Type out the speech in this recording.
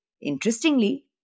Interestingly